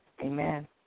Amen